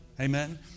Amen